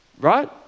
right